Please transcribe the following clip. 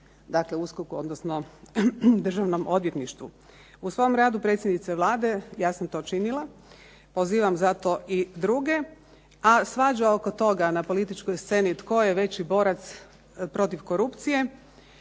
dakle USKOK-u, odnosno Državnom odvjetništvu. U svom radu predsjednice Vlade ja sam to činila, pozivam zato i druge, a svađa oko toga na političkoj sceni tko je veći borac protiv korupcije